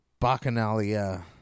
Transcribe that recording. Bacchanalia